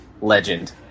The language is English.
legend